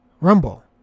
Rumble